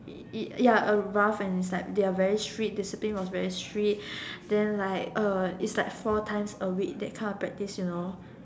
it ya a rough and it's like they are very strict discipline was very strict then like it's like four times a week that kind of practice you know